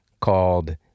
called